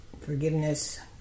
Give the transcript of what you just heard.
forgiveness